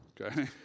okay